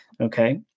Okay